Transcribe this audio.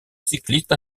cycliste